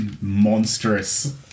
monstrous